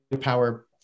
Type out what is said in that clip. power